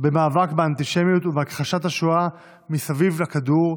במאבק באנטישמיות ובהכחשת השואה מסביב לכדור,